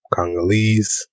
Congolese